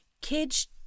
Kids